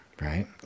right